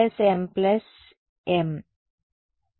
విద్యార్థి లేదు అక్కడ ఉంటుంది